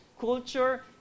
culture